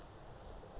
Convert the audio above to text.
I mean